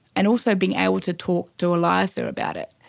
and also being able to talk to eliza about it.